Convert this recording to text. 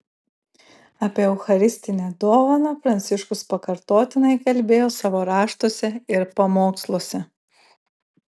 apie eucharistinę dovaną pranciškus pakartotinai kalbėjo savo raštuose ir pamoksluose